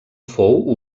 fou